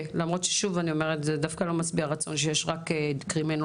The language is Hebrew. למרות ששוב אני אומרת זה לא משביע רצון שיש רק קרימינולוג